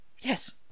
Yes